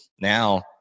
now